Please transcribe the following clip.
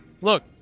Look